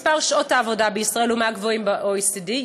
מספר שעות העבודה בישראל הוא מהגבוהים ב-OECD,